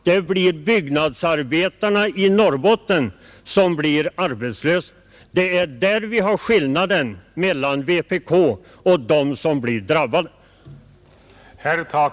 Det är byggnadsarbetarna i Norrland som blir arbetslösa. Det är det som är skillnaden mellan vpk och dem som drabbas.